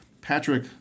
Patrick